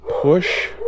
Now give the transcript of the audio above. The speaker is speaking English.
push